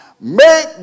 Make